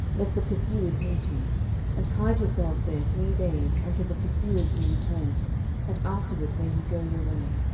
lest the pursuers meet you and hide yourselves there three days, until the pursuers be returned and afterward may ye go your way.